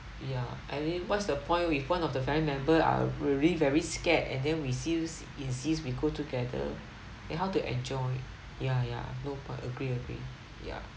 ya I mean what's the point with one of the family member are really very scared and then we still insist we go together then how to enjoy ya ya no but agree agree ya